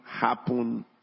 happen